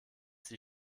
sie